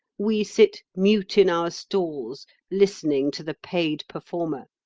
we sit mute in our stalls listening to the paid performer.